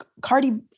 Cardi